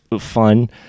fun